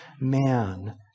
man